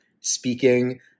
speaking